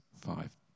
five